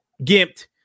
GIMPed